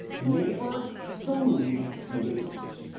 neighbors saluting neighbors.